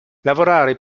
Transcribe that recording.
lavorare